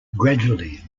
gradually